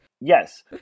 yes